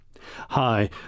Hi